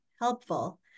helpful